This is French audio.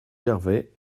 gervais